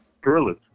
Gorillas